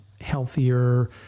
healthier